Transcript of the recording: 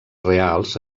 reals